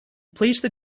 placed